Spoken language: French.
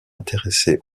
intéressé